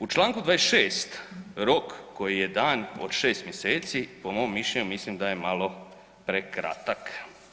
U Članku 26. rok koji je dan od 6 mjeseci po mom mišljenju mislim da je malo prekratak.